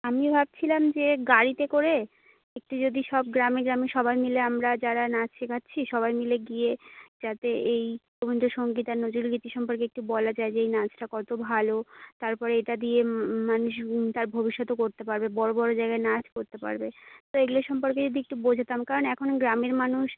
আমি ভাবছিলাম যে গাড়িতে করে একটু যদি সব গ্রামে গ্রামে সবাই মিলে আমরা যারা নাচ শেখাচ্ছি সবাই মিলে গিয়ে যাতে এই রবীন্দসংগীত আর নজরুলগীতি সম্পর্কে একটু বলা যায় যে এই নাচটা কত ভালো তারপরে এটা দিয়ে মানুষ তার ভবিষ্যতও করতে পারবে বড়ো বড়ো জায়গায় নাচ করতে পারবে তো এইগুলো সম্পর্কে যদি একটু বোঝাতাম কারণ এখন গ্রামের মানুষ